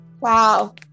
Wow